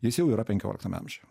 jis jau yra penkioliktame amžiuje